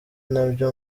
nabyo